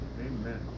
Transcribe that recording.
Amen